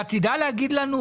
אתה תדע להגיד לנו,